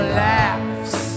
laughs